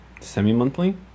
Semi-monthly